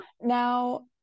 Now